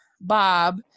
Bob